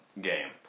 game